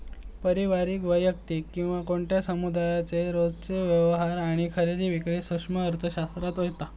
पारिवारिक, वैयक्तिक किंवा कोणत्या समुहाचे रोजचे व्यवहार आणि खरेदी विक्री सूक्ष्म अर्थशास्त्रात येता